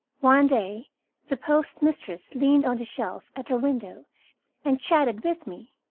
one day the postmistress leaned on the shelf at her window and chatted with me.